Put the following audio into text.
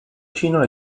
chino